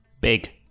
big